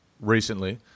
recently